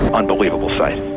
unbelievable sight.